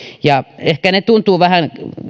ne tuntuvat vähän